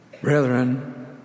Brethren